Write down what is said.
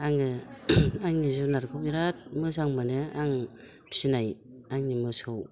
आङो आंनि जुनारखौ बिराद मोजां मोनो आं फिसिनाय आंनि मोसौ